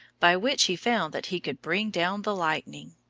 by which he found that he could bring down the lightning.